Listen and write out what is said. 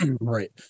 Right